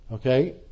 Okay